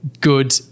good